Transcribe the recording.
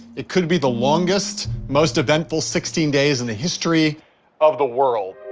it could be the longest, most eventful sixteen days in the history of the world.